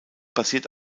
basiert